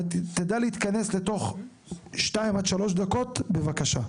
ותדע להתכנס לתוך 2 עד 3 דקות, בבקשה.